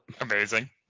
Amazing